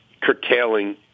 curtailing